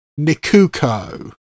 Nikuko